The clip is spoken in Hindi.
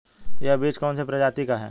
यह बीज कौन सी प्रजाति का है?